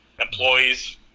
employees